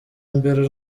mbere